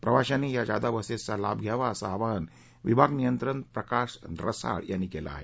प्रवाशांनी या जादा बसेसचाही लाभ घ्यावा अस आवाहन विभाग नियंत्रक प्रकाश रसाळ यांनी केलं आहे